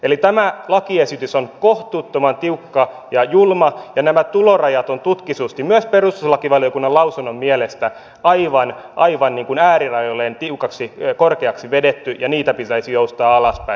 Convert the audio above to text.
eli tämä lakiesitys on kohtuuttoman tiukka ja julma ja nämä tulorajat ovat tutkitusti myös perustuslakivaliokunnan lausunnon mielestä aivan äärirajoilleen korkeaksi vedetty ja niitä pitäisi joustaa alaspäin